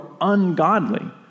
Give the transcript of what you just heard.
ungodly